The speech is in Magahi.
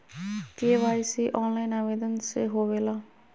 के.वाई.सी ऑनलाइन आवेदन से होवे ला?